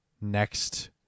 next